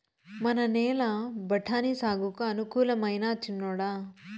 మన నేల బఠాని సాగుకు అనుకూలమైనా చిన్నోడా